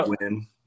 win